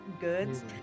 goods